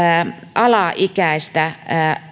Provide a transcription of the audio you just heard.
alaikäistä